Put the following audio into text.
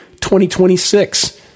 2026